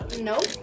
nope